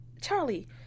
Charlie